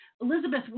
Elizabeth